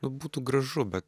nu būtų gražu bet